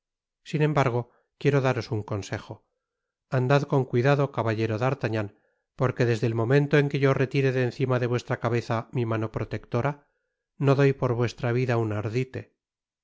sin embargo quiero daros un consejo andad con cuidado caballero d'artagnan porque desde el momento en que yo retire de encima de vuestra cabeza mi mano protectora no doy por vuestra vida un ardite